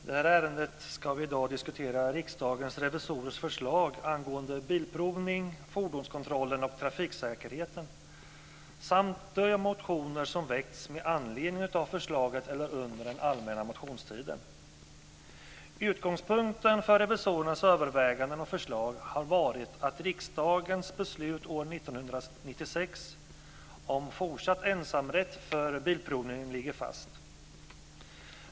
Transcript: Herr talman! I detta ärende ska vi i dag diskutera Utgångspunkten för revisorernas överväganden och förslag har varit att riksdagens beslut år 1996 om fortsatt ensamrätt för Bilprovningen ligger fast.